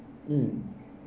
mm